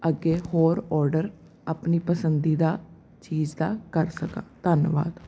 ਅੱਗੇ ਹੋਰ ਔਡਰ ਆਪਣੀ ਪਸੰਦੀਦਾ ਚੀਜ਼ ਦਾ ਕਰ ਸਕਾ ਧੰਨਵਾਦ